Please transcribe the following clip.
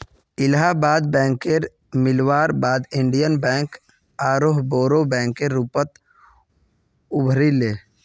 इलाहाबाद बैकेर मिलवार बाद इन्डियन बैंक आरोह बोरो बैंकेर रूपत उभरी ले